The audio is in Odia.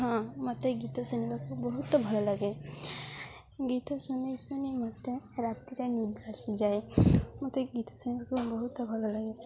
ହଁ ମୋତେ ଗୀତ ଶୁଣିବାକୁ ବହୁତ ଭଲ ଲାଗେ ଗୀତ ଶୁଣି ଶୁଣି ମୋତେ ରାତିରେ ନିଦ ଆସିଯାଏ ମୋତେ ଗୀତ ଶୁଣିବାକୁ ବହୁତ ଭଲ ଲାଗେ